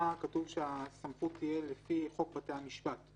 כתוב שהסמכות תהיה לפי חוק בתי המשפט,